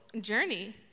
journey